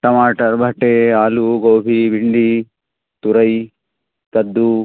टमाटर भटे आलू गोभी भिंडी तुरई कद्दू